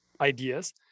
ideas